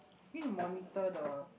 we need to monitor the